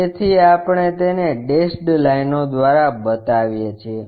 તેથી આપણે તેને ડેશેડ લાઇનો દ્વારા બતાવીએ છીએ